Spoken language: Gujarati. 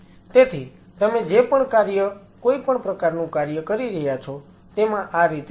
તેથી તમે જે પણ કાર્ય કોઈપણ પ્રકારનું કરી રહ્યા છો તેમાં આ રીતે થશે